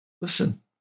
Listen